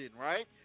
right